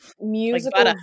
musical